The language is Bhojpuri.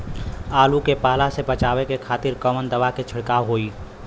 आलू के पाला से बचावे के खातिर कवन दवा के छिड़काव होई?